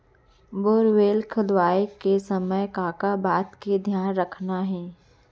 Borewell खोदवाए के समय का का बात के धियान रखना हे?